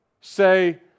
Say